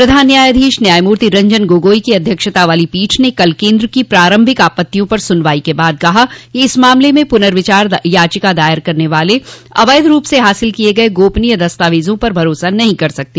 प्रधान न्यायाधीश न्यायमूर्ति रंजन गोगोई की अध्यक्षता वाली पीठ ने कल केन्द्र की प्रारंभिक आपत्तियों पर सुनवाई के बाद कहा कि इस मामले में पुनर्विचार याचिका दायर करने वाले अवैध रूप से हासिल किये गए गोपनीय दस्तावेजों पर भरोसा नहीं कर सकते